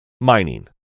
Mining